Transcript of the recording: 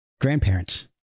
grandparents